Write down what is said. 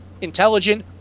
intelligent